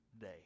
day